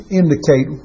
indicate